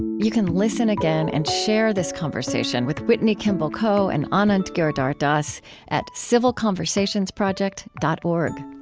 you can listen again and share this conversation with whitney kimball coe and anand giridharadas at civilconversationsproject dot org.